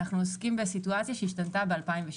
אנו עוסקים בסיטואציה ששונתה ב-2017.